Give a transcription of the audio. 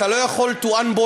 אתה לא יכול to unboil,